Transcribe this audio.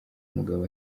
umugabo